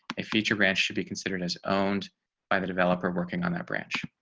a feature branch should be considered as owned by the developer working on that branch.